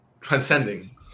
transcending